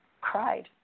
cried